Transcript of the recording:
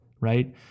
right